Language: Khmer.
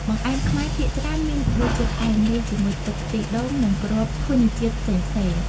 បង្អែមខ្មែរភាគច្រើនមានរសជាតិផ្អែម លាយជាមួយទឹកខ្ទិះដូង និងគ្រាប់ធញ្ញជាតិផ្សេងៗ ។